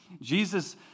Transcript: Jesus